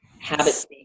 Habits